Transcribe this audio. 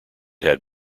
had